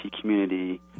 community